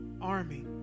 army